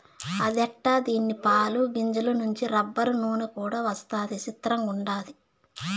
అదెట్టా దీని పాలు, గింజల నుంచి రబ్బరు, నూన కూడా వస్తదా సిత్రంగుండాది